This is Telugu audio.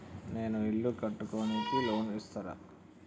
నేను ఇల్లు కట్టుకోనికి లోన్ ఇస్తరా?